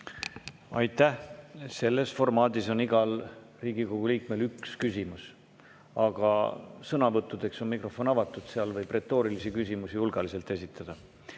Aitäh! Selles formaadis on igal Riigikogu liikmel üks küsimus. Aga sõnavõttudeks on mikrofon avatud, seal võib retoorilisi küsimusi hulgaliselt esitada.